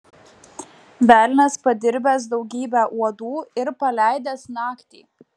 velnias padirbęs daugybę uodų ir paleidęs naktį